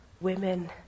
women